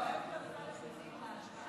מה אנחנו אמורים לעשות,